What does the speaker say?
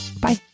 Bye